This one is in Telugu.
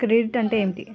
క్రెడిట్ అంటే ఏమిటి?